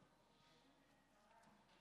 גברתי היושבת-ראש,